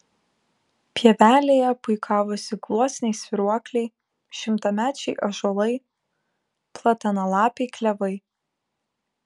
pievelėje puikavosi gluosniai svyruokliai šimtamečiai ąžuolai platanalapiai klevai